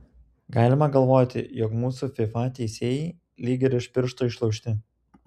galima galvoti jog mūsų fifa teisėjai lyg ir iš piršto išlaužti